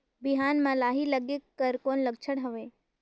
बिहान म लाही लगेक कर कौन लक्षण हवे?